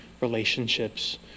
relationships